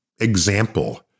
example